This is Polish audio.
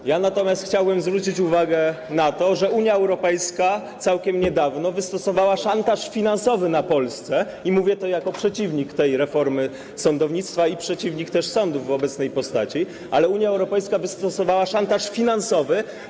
Chciałbym natomiast zwrócić uwagę na to, że Unia Europejska całkiem niedawno wystosowała szantaż finansowy do Polski - mówię to jako przeciwnik tej reformy sądownictwa i przeciwnik sądów w obecnej postaci - Unia Europejska wystosowała szantaż finansowy.